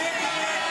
הצבעה.